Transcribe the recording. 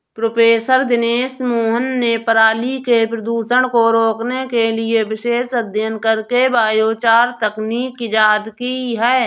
professor Dinesh Mohan ने पराली के प्रदूषण को रोकने के लिए विशेष अध्ययन करके बायोचार तकनीक इजाद की है